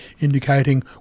indicating